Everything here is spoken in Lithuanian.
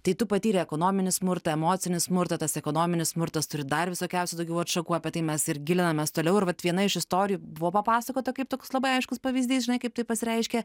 tai tu patyrei ekonominį smurtą emocinį smurtą tas ekonominis smurtas turi dar visokiausių daugiau atšakų apie tai mes ir gilinamės toliau ir vat viena iš istorijų buvo papasakota kaip toks labai aiškus pavyzdys žinai kaip tai pasireiškia